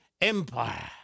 empire